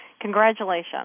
congratulations